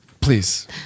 please